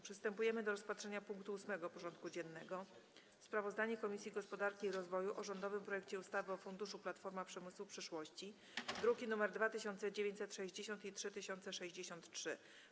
Przystępujemy do rozpatrzenia punktu 8. porządku dziennego: Sprawozdanie Komisji Gospodarki i Rozwoju o rządowym projekcie ustawy o Fundacji Platforma Przemysłu Przyszłości (druki nr 2960 i 3063)